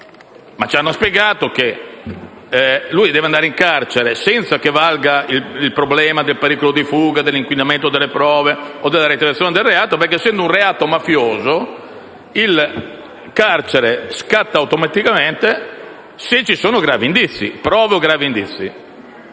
ma ci hanno spiegato che lui deve andare in carcere senza che valga il problema del pericolo di fuga, dell'inquinamento delle prove o della reiterazione del reato, ma perché, essendo un reato mafioso, il carcere scatta automaticamente se ci sono prove o gravi indizi.